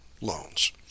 loans